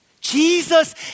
Jesus